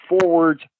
forwards